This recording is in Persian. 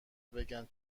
بگن